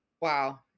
Wow